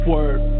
Word